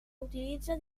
utilitza